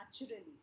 naturally